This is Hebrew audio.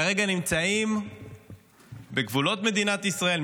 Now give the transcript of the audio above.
כרגע נמצאים בגבולות מדינת ישראל,